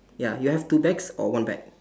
ya you have two bags or one bag